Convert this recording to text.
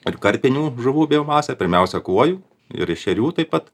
ir karpinių žuvų biomasė pirmiausia kuojų ir ešerių taip pat